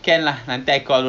that's why I think err